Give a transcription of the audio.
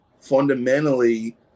fundamentally